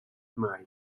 mai